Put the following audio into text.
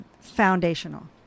foundational